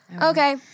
Okay